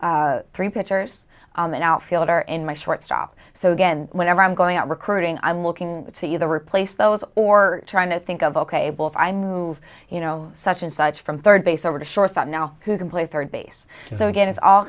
three pitchers and outfielder in my shortstop so again whenever i'm going out recruiting i'm looking at see the replace those or trying to think of ok able if i move you know such and such from third base over to shortstop now who can play third base so again it's all